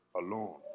alone